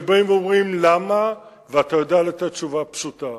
שבאים ואומרים למה, ואתה יודע לתת תשובה פשוטה: